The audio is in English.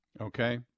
okay